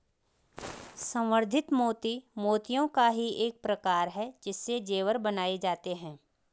संवर्धित मोती मोतियों का ही एक प्रकार है इससे जेवर बनाए जाते हैं